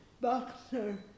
boxer